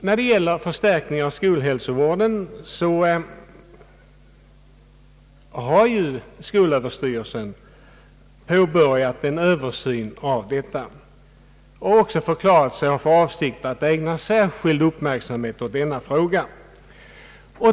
När det gäller förstärkning av skolhälsovården har ju skolöverstyrelsen påbörjat en översyn härav och förklarat sig ha för avsikt att ägna särskild uppmärksamhet åt denna fråga.